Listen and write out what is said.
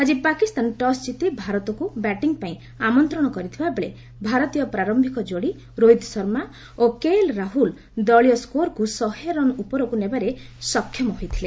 ଆଜି ପାକିସ୍ତାନ ଟସ୍ ଜିତି ଭାରତକ୍ର ବ୍ୟାଟିଙ୍ଗ୍ ପାଇଁ ଆମନ୍ତ୍ରଣ କରିଥିବାବେଳେ ଭାରତୀୟ ପ୍ରାରମ୍ଭିକ ଯୋଡ଼ି ରୋହିତ୍ ଶର୍ମା ଓ କେ ଏଲ୍ ରାହୁଲ୍ ଦଳୀୟ ସ୍କୋର୍କୁ ଶହେ ରନ୍ ଉପରକ୍ତ ନେବାରେ ସକ୍ଷମ ହୋଇଥିଲେ